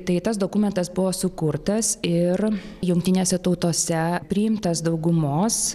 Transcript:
tai tas dokumentas buvo sukurtas ir jungtinėse tautose priimtas daugumos